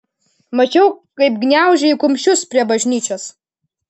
mačiau kaip gniaužei kumščius prie bažnyčios